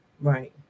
Right